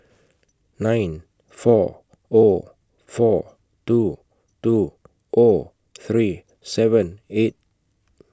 nine four O four two two O three seven eight